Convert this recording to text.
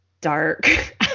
dark